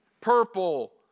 purple